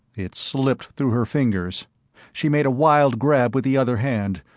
it slipped through her fingers she made a wild grab with the other hand,